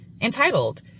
entitled